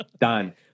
done